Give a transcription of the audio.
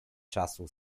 czasu